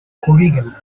corrigan